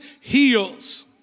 heals